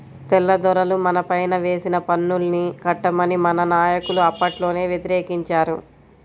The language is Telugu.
తెల్లదొరలు మనపైన వేసిన పన్నుల్ని కట్టమని మన నాయకులు అప్పట్లోనే వ్యతిరేకించారు